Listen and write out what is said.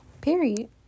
period